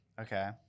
Okay